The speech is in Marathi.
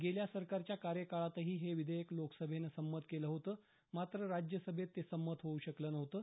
गेल्या सरकारच्या कार्यकाळातही हे विधेयक लोकसभेनं संमत केलं होतं मात्र राज्यसभेत ते संमत होऊ शकलं नव्हतं